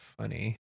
funny